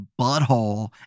butthole